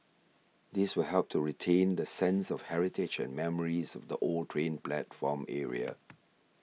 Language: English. this will help to retain the sense of heritage and memories of the old train platform area